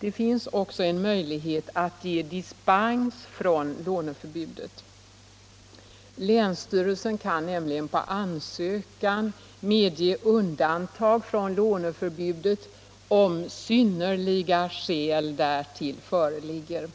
Det finns också en möjlighet att få dispens från låneförbudet. Länsstyrelsen kan på ansökan medge undantag från låneförbudet, om synnerliga skäl därtill föreligger.